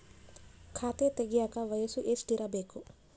ಖಾತೆ ತೆಗೆಯಕ ವಯಸ್ಸು ಎಷ್ಟಿರಬೇಕು?